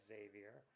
Xavier